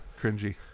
Cringy